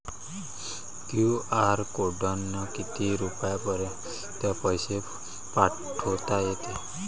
QR कोडनं किती रुपयापर्यंत पैसे पाठोता येते?